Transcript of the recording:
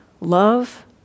love